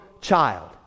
child